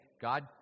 god